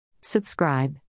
Subscribe